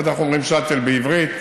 לא יודע איך אומרים שאטל בעברית,